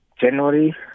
January